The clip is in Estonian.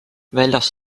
väljas